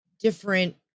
different